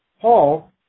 Paul